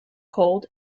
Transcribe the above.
cold